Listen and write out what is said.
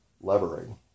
levering